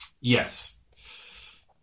Yes